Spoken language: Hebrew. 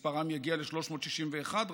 מספרם יגיע ב-2035 ל-361,000,